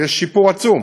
ויש שיפור עצום,